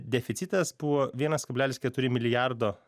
deficitas buvo vienas kablelis keturi milijardo